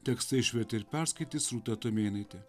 tekstą išvertė ir perskaitys rūta tumėnaitė